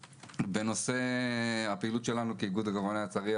באשר לפעילות שלנו כאיגוד עגורני הצריח